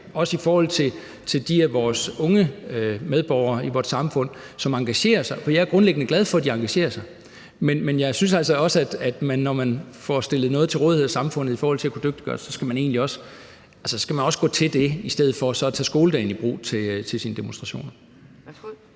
i forhold til de af vores unge medborgere i vort samfund, som engagerer sig. For jeg er grundlæggende glad for, at de engagerer sig, men jeg synes altså, at man, når man får stillet noget til rådighed af samfundet for at kunne dygtiggøre sig, også skal tage imod det i stedet for så at tage skoledagen i brug til demonstrationer.